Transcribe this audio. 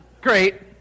Great